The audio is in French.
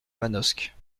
manosque